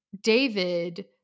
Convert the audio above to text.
David